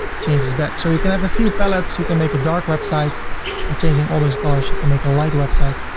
change this back. so you can have a few pallets. you can make a dark website by changing all those colors. you can make a light website.